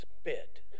spit